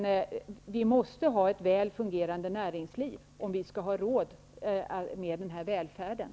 Vi måste ha ett väl fungerande näringsliv, om vi skall ha råd med välfärden.